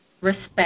respect